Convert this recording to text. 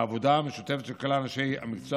העבודה המשותפת של כלל אנשי המקצוע